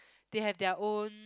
they have their own